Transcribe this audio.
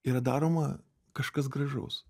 yra daroma kažkas gražaus